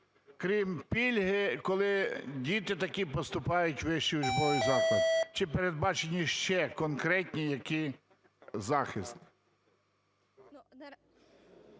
крім пільги, коли діти такі поступають у вищі учбові заклади? Чи передбачений ще конкретний який захист?